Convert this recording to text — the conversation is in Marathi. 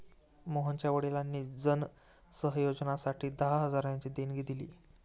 मोहनच्या वडिलांनी जन सहयोगासाठी दहा हजारांची देणगी दिली